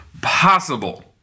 possible